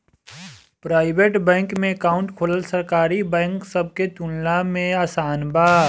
private bank में account खोलल सरकारी बैंक सब के तुलना में आसान बा